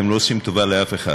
אתם לא עושים טובה לאף אחד.